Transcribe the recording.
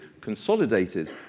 consolidated